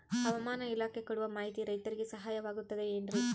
ಹವಮಾನ ಇಲಾಖೆ ಕೊಡುವ ಮಾಹಿತಿ ರೈತರಿಗೆ ಸಹಾಯವಾಗುತ್ತದೆ ಏನ್ರಿ?